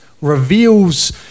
reveals